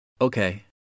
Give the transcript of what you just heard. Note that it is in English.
Okay